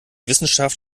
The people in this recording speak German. wissenschaft